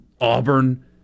Auburn